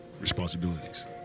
responsibilities